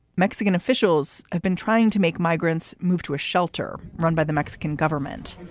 mexican officials have been trying to make migrants move to a shelter run by the mexican government.